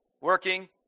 working